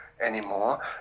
anymore